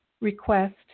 request